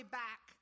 back